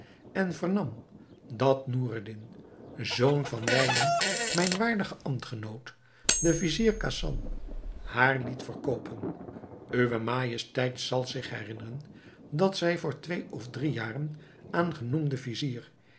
en vernam dat noureddin zoon van wijlen mijn waardigen ambtgenoot den vizier khasan haar liet verkoopen uwe majesteit zal zich herinneren dat zij voor twee of drie jaren aan genoemden vizier